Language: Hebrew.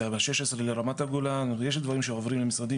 השש עשרה לרמת הגולן ויש דברים שעוברים למשרדים,